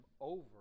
over